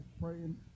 praying